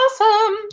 awesome